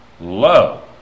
love